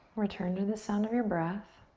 return to the sound of your breath.